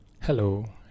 Hello